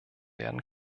werden